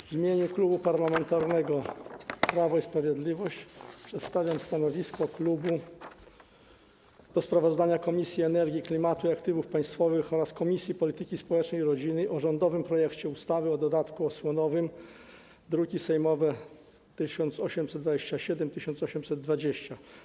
W imieniu Klubu Parlamentarnego Prawo i Sprawiedliwość przedstawiam stanowisko klubu wobec sprawozdania Komisji Energii, Klimatu i Aktywów Państwowych oraz Komisji Polityki Społecznej i Rodziny o rządowym projekcie ustawy o dodatku osłonowym, druki sejmowe nr 1820 i 1827.